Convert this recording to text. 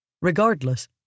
Regardless